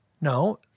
No